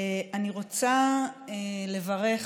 אני רוצה לברך